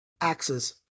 axes